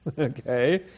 okay